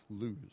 lose